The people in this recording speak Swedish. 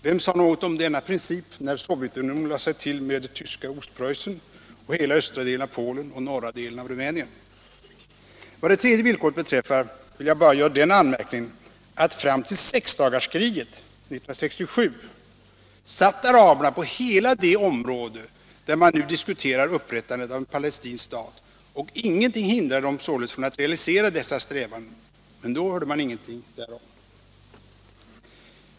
Vem sade något om denna princip, när Sovjetunionen lade sig till med det tyska Ostpreussen och hela östra delen av Polen och norra delen av Rumänien? Vad det tredje villkoret beträffar vill jag bara göra den anmärkningen att fram till sexdagarskriget 1967 satt araberna på hela det område där man nu diskuterar upprättandet av en palestinsk stat. Ingenting hindrade dem således från att realisera dessa strävanden, men då hörde man ingenting härom.